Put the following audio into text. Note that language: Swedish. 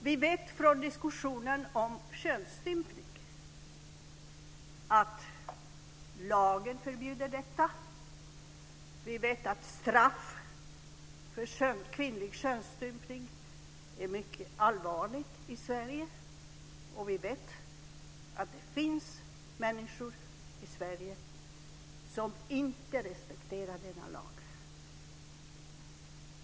Vi vet från diskussionen om könsstympning att lagen förbjuder detta. Vi vet att straffet för kvinnlig könsstympning är mycket strängt i Sverige. Och vi vet att det finns människor i Sverige som inte respekterar denna lag.